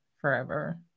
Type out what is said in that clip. forever